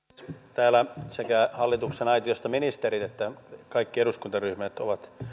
täällä sekä hallituksen aitiosta ministerit että kaikki eduskuntaryhmät ovat